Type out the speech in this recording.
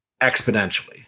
exponentially